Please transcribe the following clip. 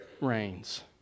reigns